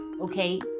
okay